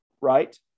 Right